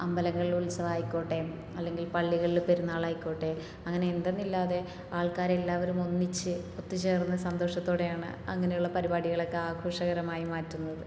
അമ്പലങ്ങളിലെ ഉത്സവം ആയിക്കോട്ടെ അല്ലെങ്കിൽ പള്ളികളിൽ പെരുന്നാൾ ആയിക്കോട്ടെ അങ്ങനെ എന്തെന്നില്ലാതെ ആൾക്കാർ എല്ലാവരും ഒന്നിച്ച് ഒത്തു ചേർന്ന് സന്തോഷത്തോടെയാണ് അങ്ങനെയുള്ള പരിപാടികളൊക്കെ ആഘോഷകരമായി മാറ്റുന്നത്